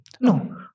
no